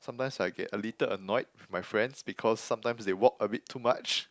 sometimes I get a little annoyed with my friends because sometimes they walk a bit too much